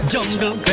Jungle